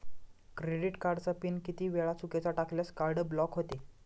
Credit कार्डचा PIN किती वेळा चुकीचा टाकल्यास कार्ड ब्लॉक होते?